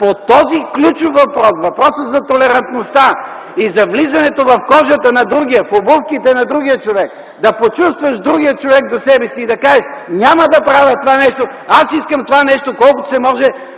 по този ключов въпрос – въпросът за толерантността, за влизането в кожата на другия, в обувките на другия човек, да почувстваш другия човек до себе си и да кажеш: „ Няма да правя това нещо”, аз искам колкото се може